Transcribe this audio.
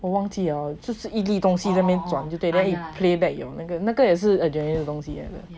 我忘记 lah 就是一粒东西在那边转就对 liao then playback 的那个也是 adreline 的东西